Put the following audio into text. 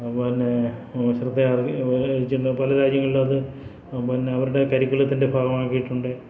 പിന്നെ ശ്രദ്ധയാർഗി ചെന്ന് പല കാര്യങ്ങളിലും അത് പിന്നെ അവരുടെ കരിക്കുലത്തിൻ്റെ ഭാഗം ആക്കിയിട്ടുണ്ട്